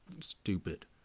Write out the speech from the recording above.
stupid